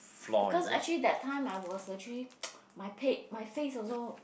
because actually that time I was actually my pay my face also